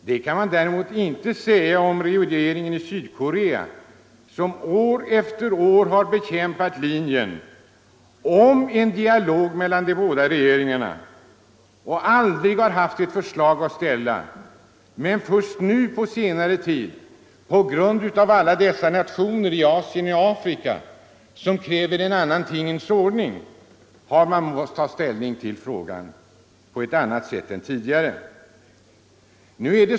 Det kan man däremot inte säga om regeringen i Sydkorea, som år efter år har bekämpat linjen om en dialog mellan de båda regeringarna och aldrig har haft ett förslag att ställa. Först under senare tid, på grund av alla dessa nationer i Asien och Afrika som kräver en annan tingens ordning, har man måst ta ställning till frågan på ett annat sätt än tidigare.